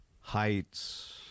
Heights